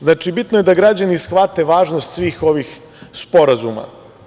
Znači, bitno je da građani shvate važnost svih ovih sporazuma.